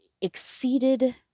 exceeded